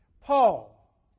Paul